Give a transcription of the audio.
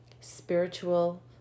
spiritual